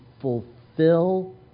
fulfill